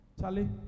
Charlie